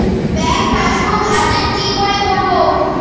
Bank passbook update কি করে করবো?